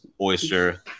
oyster